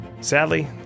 Sadly